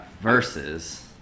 Versus